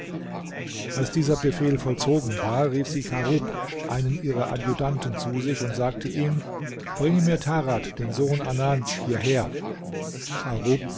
als dieser befehl vollzogen war rief sie charub einen ihrer adjutanten zu sich und sagte ihm bringe mir tarad den sohn anans hierher